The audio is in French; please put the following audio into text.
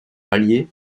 alliés